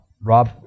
Rob